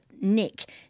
Nick